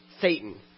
Satan